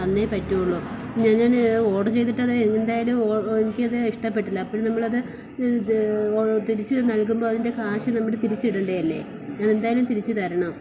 തന്നെ പറ്റുകയുള്ളൂ പിന്നെ ഞാൻ ഓഡർ ചെയ്തിട്ടത് അത് എന്തായാലും എനിക്കത് ഇഷ്ടപ്പെട്ടില്ല അപ്പോൾ നമ്മളത് ഇത് തിരിച്ചു നൽകുമ്പോൾ അതിൻ്റെ കാശ് നമ്മൾ തിരിച്ചിടേണ്ടതല്ലേ അതെന്തായാലും തിരിച്ചു തരണം